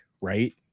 right